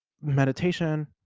meditation